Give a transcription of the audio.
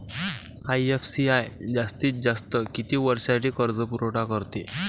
IFCI जास्तीत जास्त किती वर्षासाठी कर्जपुरवठा करते?